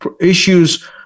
issues